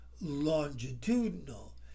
longitudinal